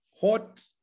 hot